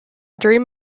dream